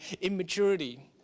immaturity